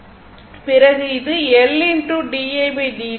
பிறகு இது L didt